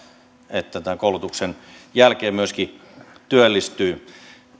että tämän koulutuksen jälkeen myöskin työllistyy